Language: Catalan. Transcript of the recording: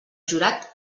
jurat